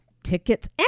tickets